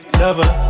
lover